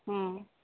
ହଁ